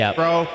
bro